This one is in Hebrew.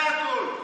זה הכול.